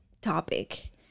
topic